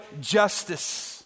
justice